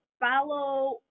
Follow